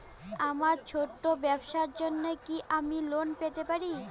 আমার ছোট্ট ব্যাবসার জন্য কি আমি লোন পেতে পারি?